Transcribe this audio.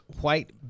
white